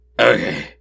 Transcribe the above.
okay